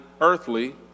earthly